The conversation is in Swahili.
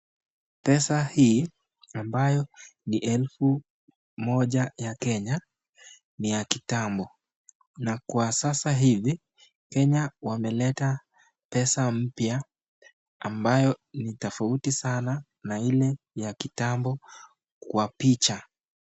Pesa hii ambayo ni elfu moja ya Kenya ,ni ya kitambo na kwa sasa hivi Kenya wameleta pesa mpya ambayo ni tofauti sana na ile ya kitambo kwa picha.